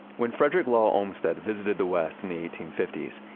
when frederick law olmstead visited the west in the eighteen fifty s,